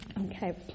Okay